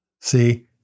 See